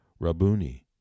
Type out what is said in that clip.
Rabuni